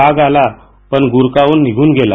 वाघ आलां पण गुरकावून निघून गेला